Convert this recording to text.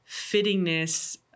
fittingness